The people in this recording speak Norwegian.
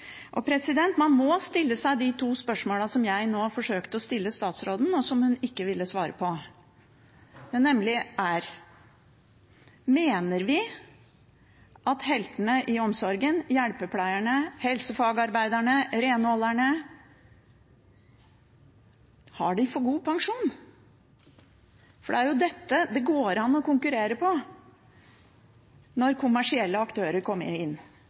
Man må stille seg de to spørsmålene som jeg nå forsøkte å stille statsråden, og som hun ikke ville svare på, nemlig: Mener vi at heltene i omsorgen – hjelpepleierne, helsefagarbeiderne og renholderne – har for god pensjon? For det er jo dette det går an å konkurrere på når kommersielle aktører kommer inn.